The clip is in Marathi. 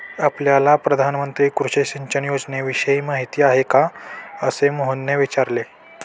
आपल्याला प्रधानमंत्री कृषी सिंचन योजनेविषयी माहिती आहे का? असे मोहनने विचारले